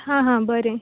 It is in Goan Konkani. हां हां बरें